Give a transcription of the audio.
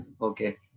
okay